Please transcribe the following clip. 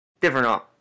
different